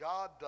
God